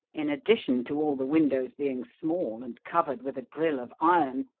in addition to all the windows being small and covered with a grille of iron,